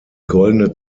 goldene